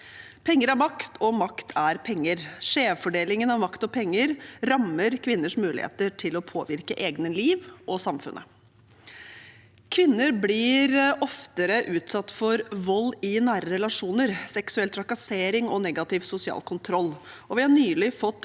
Penger er makt, og makt er penger. Skjevfordelingen av makt og penger rammer kvinners muligheter til å påvirke eget liv og samfunnet. Kvinner blir oftere utsatt for vold i nære relasjoner, seksuell trakassering og negativ sosial kontroll. Vi har nylig blitt